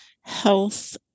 health